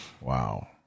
Wow